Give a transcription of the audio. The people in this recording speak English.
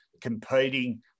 competing